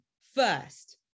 first